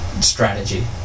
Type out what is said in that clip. strategy